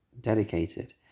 dedicated